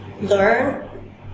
learn